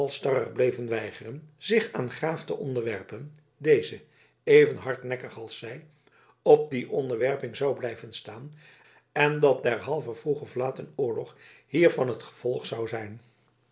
halsstarrig bleven weigeren zich aan graaf te onderwerpen deze even hardnekkig als zij op die onderwerping zou blijven staan en dat derhalve vroeg of laat een oorlog hiervan het gevolg zou zijn